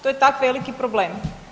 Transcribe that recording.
To je tak veliki problem?